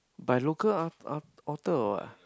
by local au~ au~ author or what